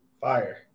fire